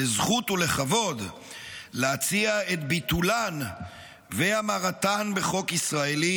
לזכות ולכבוד להציע את ביטולן והמרתן בחוק ישראלי